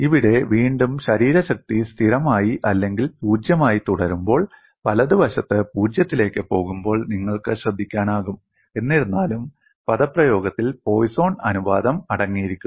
ഇവിടെ വീണ്ടും ശരീരശക്തി സ്ഥിരമായി അല്ലെങ്കിൽ പൂജ്യമായി തുടരുമ്പോൾ വലതുവശത്ത് പൂജ്യത്തിലേക്ക് പോകുമ്പോൾ നിങ്ങൾക്ക് ശ്രദ്ധിക്കാനാകും എന്നിരുന്നാലും പദപ്രയോഗത്തിൽ പോയ്സോൺ അനുപാതം അടങ്ങിയിരിക്കുന്നു